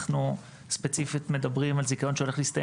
אנחנו ספציפית מדברים על זיכיון שהולך להסתיים